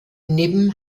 neben